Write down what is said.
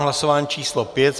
Hlasování číslo 5.